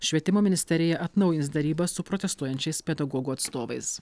švietimo ministerija atnaujins derybas su protestuojančiais pedagogų atstovais